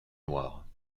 noirs